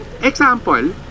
Example